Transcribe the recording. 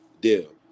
deal